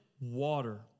water